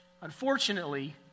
Unfortunately